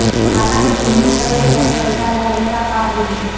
खाता मे प्रीमियम कटे के टाइम पैसा ना रही त का होई?